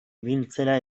biltzera